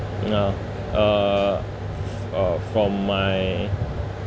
you know uh uh from my